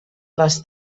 les